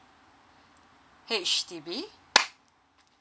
H_D_B